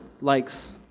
likes